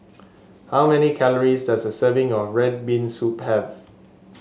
how many calories does a serving of red bean soup have